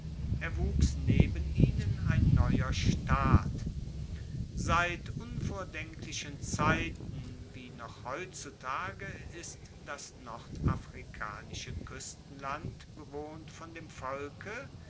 erwuchs neben ihnen ein neuer staat seit unvordenklichen zeiten wie noch heutzutage ist das nordafrikanische kuestenland bewohnt von dem volke